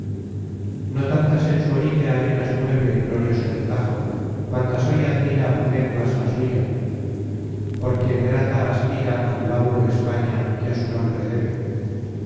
no tantas en su orilla arenas mueve glorioso el tajo cuantas hoy admira lenguas la suya por quien grata aspira al lauro españa que a su nombre debe